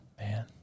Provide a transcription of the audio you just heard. Man